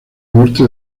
norte